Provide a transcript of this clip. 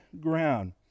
ground